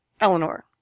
Eleanor